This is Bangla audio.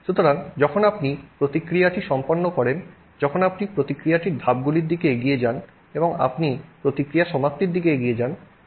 সুতরাং যখন আপনি প্রতিক্রিয়াটি সম্পন্ন করেন যখন আপনি প্রতিক্রিয়াটির ধাপগুলির দিকে এগিয়ে যান এবং আপনি প্রতিক্রিয়া সমাপ্তির দিকে এগিয়ে যান